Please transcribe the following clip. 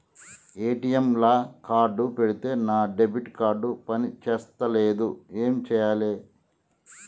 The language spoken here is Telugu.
ఏ.టి.ఎమ్ లా కార్డ్ పెడితే నా డెబిట్ కార్డ్ పని చేస్తలేదు ఏం చేయాలే?